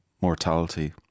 mortality